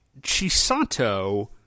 Chisato